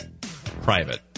private